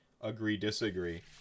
agree-disagree